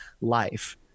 life